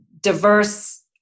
diverse